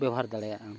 ᱵᱮᱵᱚᱦᱟᱨ ᱫᱟᱲᱮᱭᱟᱜ ᱟᱢ